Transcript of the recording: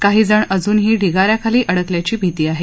काहीजण अजुनही ढिगाऱ्याखाली अडकल्याची भिती आहे